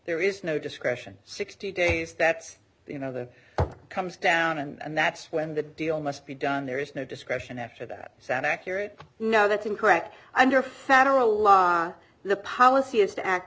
there is no discretion sixty days that's you know that comes down and that's when the deal must be done there is no discretion after that sound accurate no that's incorrect under federal law the policy is to act